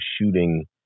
shooting